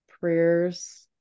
prayers